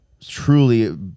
Truly